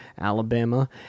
Alabama